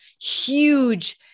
huge